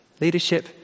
Leadership